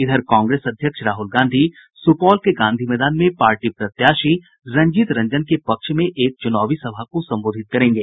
इधर कांग्रेस अध्यक्ष राहुल गांधी सुपौल के गांधी मैदान में पार्टी प्रत्याशी रंजीत रंजन के पक्ष में एक चुनावी सभा को संबोधित करेंगे